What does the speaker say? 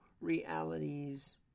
realities